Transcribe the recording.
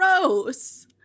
Gross